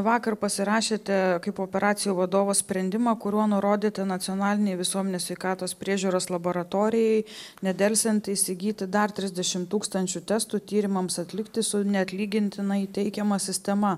vakar pasirašėte kaip operacijų vadovo sprendimą kuriuo nurodyti nacionalinei visuomenės sveikatos priežiūros laboratorijai nedelsiant įsigyti dar trisdešimt tūkstančių testų tyrimams atlikti su neatlygintinai teigiama sistema